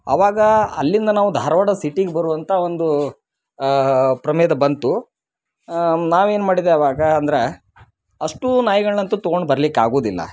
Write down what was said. ಆವಾಗ ಅಲ್ಲಿಂದ ನಾವು ಧಾರವಾಡ ಸಿಟಿಗೆ ಬರುವಂಥ ಒಂದು ಪ್ರಮಾದ ಬಂತು ನಾವೇನು ಮಾಡಿದ ಆವಾಗ ಅಂದ್ರೆ ಅಷ್ಟು ನಾಯಿಗಳನ್ನಂತು ತಗೊಂಡು ಬರ್ಲಿಕ್ಕಾಗೋದಿಲ್ಲ